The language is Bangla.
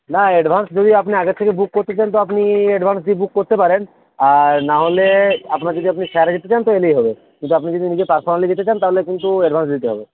না অ্যাডভান্স যদি আপনি আগের থেকে বুক করতে চান তো আপনি অ্যাডভান্স দিয়ে বুক করতে পারেন আর নাহলে আপনার আপনি যদি শেয়ারে যেতে চান তো এলেই হবে কিন্তু আপনি যদি নিজে পার্সোনালি যেতে চান তাহলে কিন্তু অ্যাডভান্স দিতে হবে